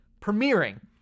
premiering